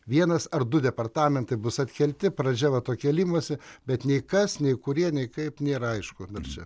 vienas ar du departamentai bus atkelti pradžia va to kėlimosi bet nei kas nei kurie nei kaip nėra aišku dar čia